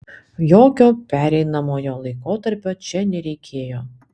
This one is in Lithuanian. jokio pereinamojo laikotarpio čia nereikėjo